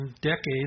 decades